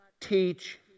teach